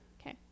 Okay